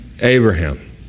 Abraham